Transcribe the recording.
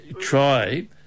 try